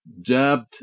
jabbed